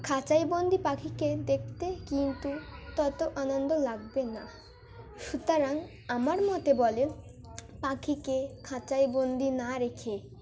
খাঁচাইবন্দি পাখিকে দেখতে কিন্তু তত আনন্দ লাগবে না সুতরাং আমার মতে বলে পাখিকে খাঁচাই বন্দি না রেখে